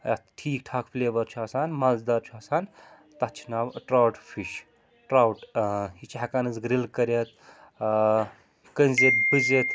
یتھ ٹھیٖک ٹھاکھ فُلیوَر چھُ آسان مَزٕدار چھُ آسان تَتھ چھُ ناو ٹرٛاوُٹ فِش ٹرٛاوُٹ یہِ چھِ ہیٚکان أس گرِٛل کٔرِتھ کٔنزِتھ بُزِتھ